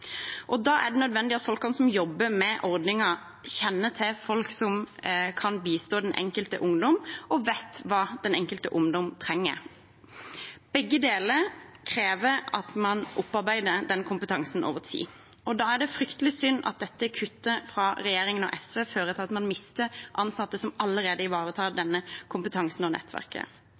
Da er det nødvendig at de som jobber med ordningen, kjenner til folk som kan bistå den enkelte ungdom, og vet hva den enkelte ungdom trenger. Begge deler krever at man opparbeider den kompetansen over tid, og da er det fryktelig synd at dette kuttet fra regjeringen og SV fører til at man mister ansatte som allerede ivaretar denne kompetansen og dette nettverket.